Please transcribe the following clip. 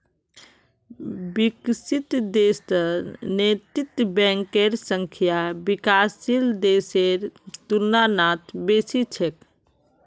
विकसित देशत नैतिक बैंकेर संख्या विकासशील देशेर तुलनात बेसी छेक